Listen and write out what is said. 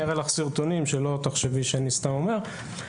אני אראה לך סרטונים שלא תחשבי שאני סתם אומר.